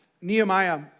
Nehemiah